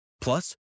Plus